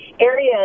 areas